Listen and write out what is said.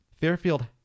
Fairfield